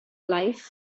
life